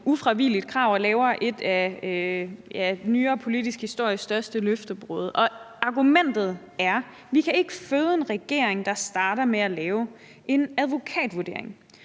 vejen igennem, og laver et af nyere politisk histories største løftebrud. Argumentet er: Vi kan ikke føde en regering, der starter med at lave en advokatvurdering.